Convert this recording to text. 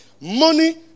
money